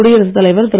குடியரசுத் தலைவர் திரு